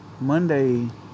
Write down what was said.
Monday